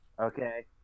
Okay